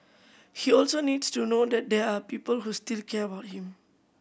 he also needs to know that there are people who still care about him